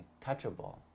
touchable